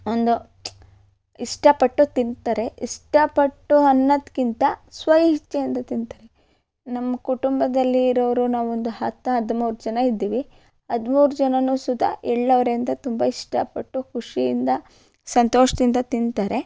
ಒಂದು ಇಷ್ಟ ಪಟ್ಟು ತಿಂತಾರೆ ಇಷ್ಟ ಪಟ್ಟು ಹನ್ನೊಂದ್ಕಿಂತ ಸ್ವಇಚ್ಛೆಯಿಂದ ತಿಂತಾರೆ ನಮ್ಮ ಕುಟುಂಬದಲ್ಲಿ ಇರೋವ್ರು ನಾವೊಂದು ಹತ್ತು ಹದಿಮೂರು ಜನ ಇದ್ದೀವಿ ಹದ್ಮೂರು ಜನರೂ ಸುತ ಎಳ್ಳವರೆ ಅಂದರೆ ತುಂಬ ಇಷ್ಟಪಟ್ಟು ಖುಷಿಯಿಂದ ಸಂತೋಷದಿಂದ ತಿಂತಾರೆ